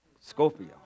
Scorpio